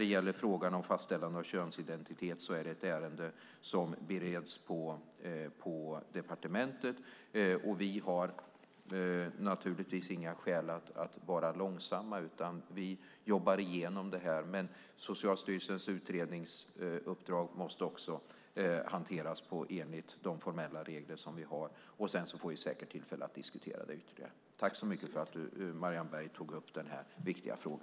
Beträffande frågan om fastställande av könsidentitet bereds ärendet på departementet, och vi har naturligtvis inga skäl att vara långsamma. Vi jobbar igenom detta. Socialstyrelsens uppdrag måste dock hanteras enligt de formella regler vi har. Sedan får vi säkert tillfälle att diskutera det ytterligare. Jag tackar Marianne Berg för att hon tog upp denna viktiga fråga.